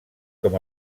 com